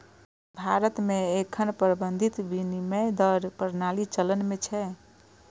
भारत मे एखन प्रबंधित विनिमय दर प्रणाली चलन मे छै